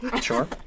Sure